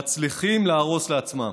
מצליחים להרוס לעצמם.